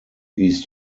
east